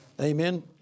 Amen